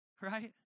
right